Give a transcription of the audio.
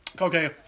Okay